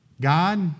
God